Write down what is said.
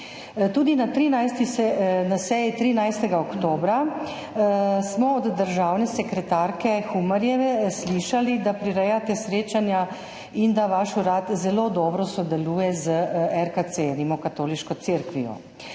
Tudi na seji 13. oktobra smo od državne sekretarke Humarjeve slišali, da prirejate srečanja in da vaš urad zelo dobro sodeluje z RKC, Rimokatoliško cerkvijo.